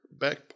back